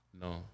No